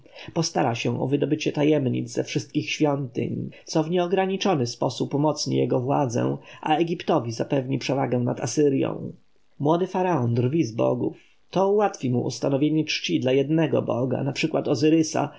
postara się o wydobycie tajemnic ze wszystkich świątyń co w nieograniczony sposób umocni jego władzę a egiptowi zapewni przewagę nad asyrją młody faraon drwi z bogów to ułatwi mu ustanowienie czci dla jednego boga